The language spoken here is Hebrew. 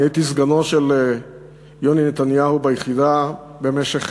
הייתי סגנו של יוני נתניהו ביחידה במשך